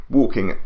walking